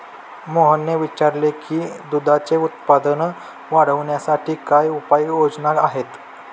मोहनने विचारले की दुधाचे उत्पादन वाढवण्यासाठी काय उपाय योजना आहेत?